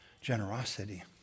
generosity